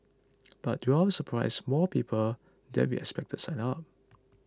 but to our surprise more people than we expected signed up